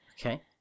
okay